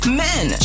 men